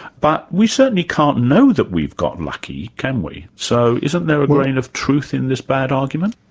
but we certainly can't know that we've got lucky, can we? so isn't there a grain of truth in this bad argument?